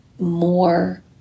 more